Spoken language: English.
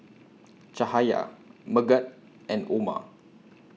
Cahaya Megat and Omar